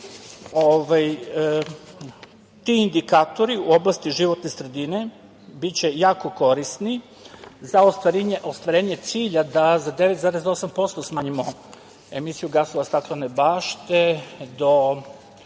ti indikatori u oblasti životne sredine biće jako korisni za ostvarenje cilja da za 9,8% smanjimo emisiju gasova staklene bašte do